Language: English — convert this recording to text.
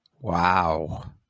Wow